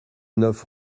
neuf